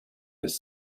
his